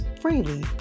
freely